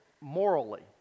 morally